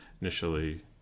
initially